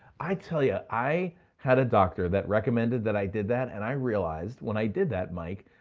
i tell you, i had a doctor that recommended that i did that and i realized when i did that mike,